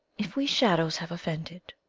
if we shadows have offended,